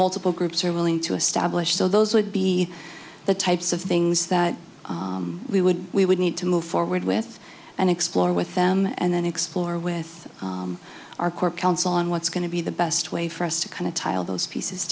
multiple groups are willing to establish so those would be the types of things that we would we would need to move forward with and explore with them and then explore with our core counsel on what's going to be the best way for us to kind of tile those pieces